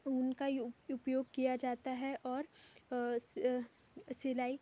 ऊन का यू उपयोग किया जाता है और सिलाई